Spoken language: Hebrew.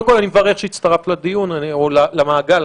קודם כול אני מברך שהצטרפת לדיון או למעגל,